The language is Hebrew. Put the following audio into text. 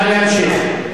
נא להמשיך.